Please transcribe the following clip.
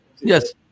Yes